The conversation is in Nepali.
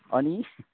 अनि